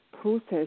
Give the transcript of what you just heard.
process